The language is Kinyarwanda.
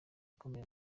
ikomeye